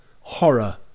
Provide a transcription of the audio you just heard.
horror